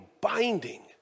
binding